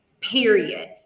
period